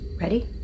Ready